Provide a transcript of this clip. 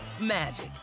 magic